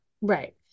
Right